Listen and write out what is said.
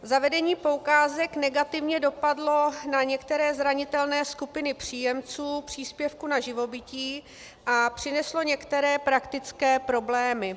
Zavedení poukázek negativně dopadlo na některé zranitelné skupiny příjemců příspěvku na živobytí a přineslo některé praktické problémy.